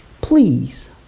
please